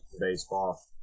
baseball